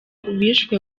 bishwe